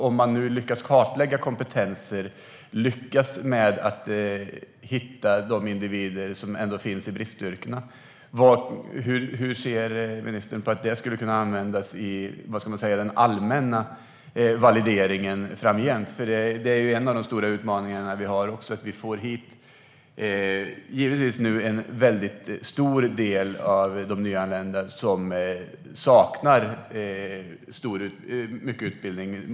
Om man nu lyckas kartlägga kompetenser och lyckas hitta de individer som ändå finns inom bristyrkena, hur ser ministern då att det skulle kunna användas i den allmänna valideringen framgent? Det är ju en av de stora utmaningarna vi har. En väldigt stor del av de nyanlända saknar mycket utbildning.